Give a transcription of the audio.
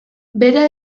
bera